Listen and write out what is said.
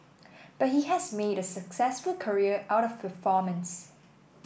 but he has made a successful career out of performance